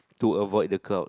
to avoid the cloud